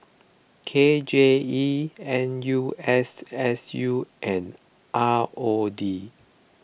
K J E N U S S U and R O D